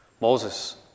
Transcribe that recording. Moses